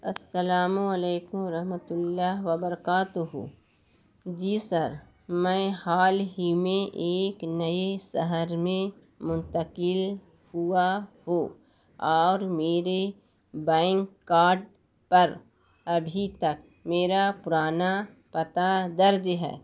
السلام علیکم ررحمتہ اللہ وبرکاتہ جی سر میں حال ہی میں ایک نئے شہر میں منتقل ہوا ہوں اور میرے بینک کارڈ پر ابھی تک میرا پرانا پتا درج ہے